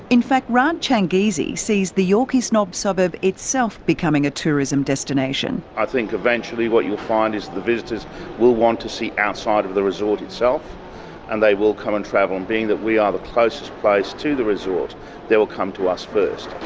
in fact, rard changizi sees the yorkeys knob suburb itself becoming a tourism destination. i think eventually what you'll find is the visitors will want to see outside of the resort itself and they will come and travel, and being that we are the closest place to the resort they will come to us first.